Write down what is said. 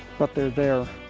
but they're there